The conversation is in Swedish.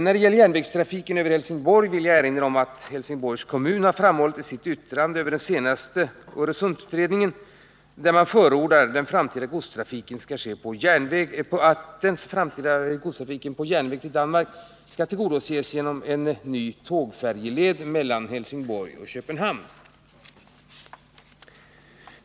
När det gäller järnvägstrafiken över Helsingborg vill jag erinra om vad Helsingsborgs kommun har framhållit i sitt yttrande över den senaste Öresundsutredningen. Kommunen förordar att den framtida godstrafiken på järnväg till Danmark tillgodoses genom att en ny tågfärjeled inrättas mellan Helsingborg och Köpenhamn.